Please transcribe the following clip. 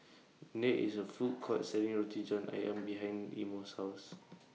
There IS A Food Court Selling Roti John Ayam behind Imo's House